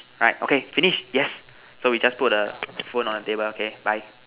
right okay finish yes so we just put the phone on the table okay bye